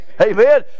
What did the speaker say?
Amen